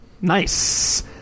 Nice